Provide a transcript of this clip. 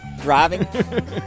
driving